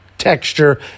texture